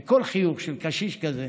וכל חיוך של קשיש כזה